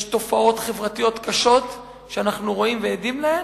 יש תופעות חברתיות קשות שאנחנו רואים, ועדים להן,